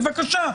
בבקשה,